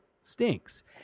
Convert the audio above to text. stinks